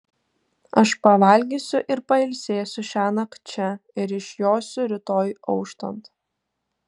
aš pavalgysiu ir pailsėsiu šiąnakt čia ir išjosiu rytoj auštant